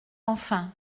enfin